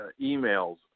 emails